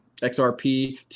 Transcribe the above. XRP